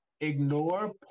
Ignore